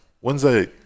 Wednesday